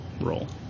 role